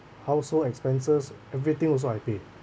household expenses everything also I paid